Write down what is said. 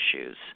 issues